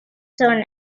son